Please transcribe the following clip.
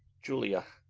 julia,